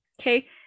Okay